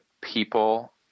people